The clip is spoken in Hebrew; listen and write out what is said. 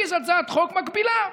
להגיש הצעת חוק מקבילה.